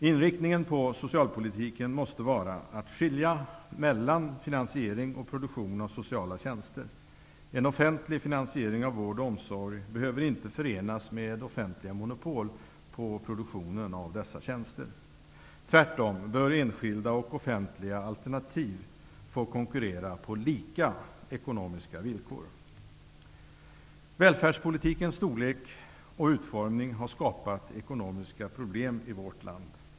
Inriktningen beträffande socialpolitiken måste vara att skilja mellan finansiering och produktion av sociala tjänster. En offentlig finansiering av vård och omsorg behöver inte förenas med offentliga monopol på produktionen av dessa tjänster. Tvärtom bör enskilda och offentliga alternativ få konkurrera på samma ekonomiska villkor. Välfärdspolitikens storlek och utformning har skapat ekonomiska problem i vårt land.